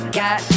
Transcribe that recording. got